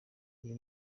iyo